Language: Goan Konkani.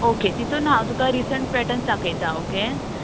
ओके तितून हांव तुका रिसंट पेटंस दाखयतां ओके